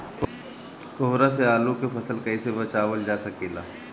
कोहरा से आलू के फसल कईसे बचावल जा सकेला?